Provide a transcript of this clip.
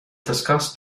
discussed